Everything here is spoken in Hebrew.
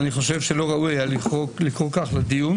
אני חושב שלא ראוי היה לקרוא כך לדיון